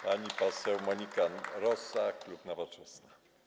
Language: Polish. Pani poseł Monika Rosa, klub Nowoczesna.